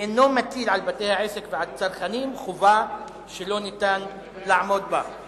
ואינו מטיל על בתי-העסק ועל צרכנים חובה שלא ניתן לעמוד בה.